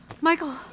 Michael